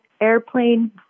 airplane